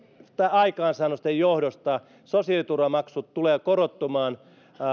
aikaansaannosten johdosta sosiaaliturvamaksut tulevat korottumaan